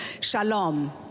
shalom